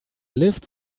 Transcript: lift